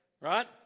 Right